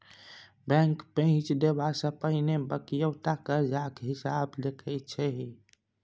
bank पैंच देबा सँ पहिने बकिऔता करजाक हिसाब देखैत छै